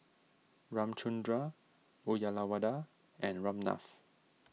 Ramchundra Uyyalawada and Ramnath